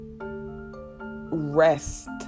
rest